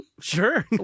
Sure